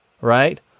right